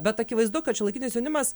bet akivaizdu kad šiuolaikinis jaunimas